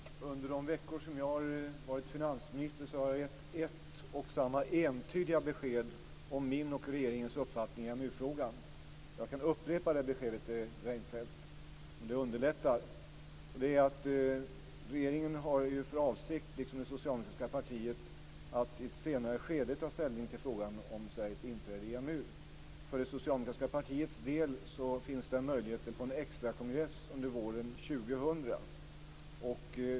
Fru talman! Under de veckor som jag varit finansminister har jag gett ett och samma entydiga besked om min och regeringens uppfattning i EMU frågan. Jag kan upprepa det beskedet till Reinfeldt om det underlättar. Regeringen och det socialdemokratiska partiet har för avsikt att i ett senare skede ta ställning till frågan om Sveriges inträde i EMU. För det socialdemokratiska partiets del finns det en möjlighet genom vår extrakongress under våren 2000.